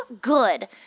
good